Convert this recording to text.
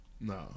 No